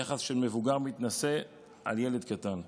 יחס של מבוגר מתנשא על ילד קטן.